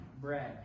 bread